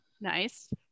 Nice